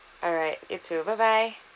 alright you too bye bye